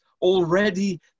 already